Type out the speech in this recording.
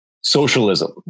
socialism